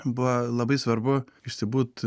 buvo labai svarbu išsibūt